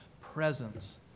presence